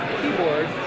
keyboard